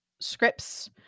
scripts